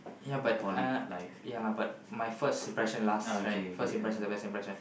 ya but uh ya lah but I my first impression last right first impression is the best impression